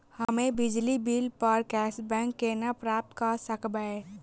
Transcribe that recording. हम्मे बिजली बिल प कैशबैक केना प्राप्त करऽ सकबै?